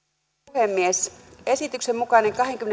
puhemies esityksen mukainen